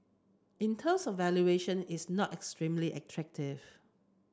in terms of valuation it's not extremely attractive